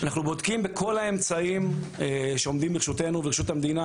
אנחנו בודקים בכל האמצעים שעומדים לרשותנו ולרשות המדינה,